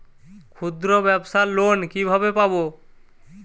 ক্ষুদ্রব্যাবসার লোন কিভাবে পাব?